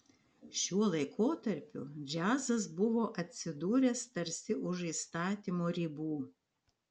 šiuo laikotarpiu džiazas buvo atsidūręs tarsi už įstatymo ribų